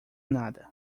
nada